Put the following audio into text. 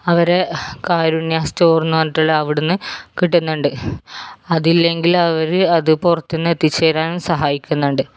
അവരെ കാരുണ്യ സ്റ്റോർ എന്ന് പറഞ്ഞിട്ടുള്ള അവിടെനിന്ന് കിട്ടുന്നുണ്ട് അതില്ലെങ്കിൽ അവർ അത് പുറത്തുനിന്ന് എത്തിച്ച് തരാനും സഹായിക്കുന്നുണ്ട്